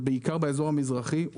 ובעיקר האזור המזרחי שלו,